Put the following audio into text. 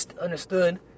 understood